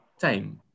time